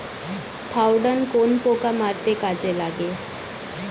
Thiodan কোন পোকা মারতে কাজে লাগে?